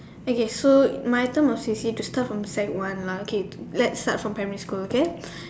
okay so my term was usually start from sec one lah okay let's start from primary school okay